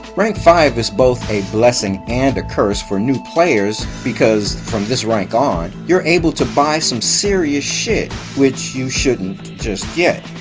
rank five is both a blessing and a curse for a new player because from this rank on, you're able to buy some serious shit, which you shouldn't just yet.